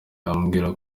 ambwira